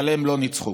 אבל הם לא ניצחו.